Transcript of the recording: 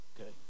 Okay